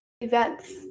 events